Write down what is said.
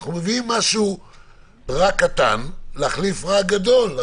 אנחנו מביאים משהו רע קטן להחליף רע גדול.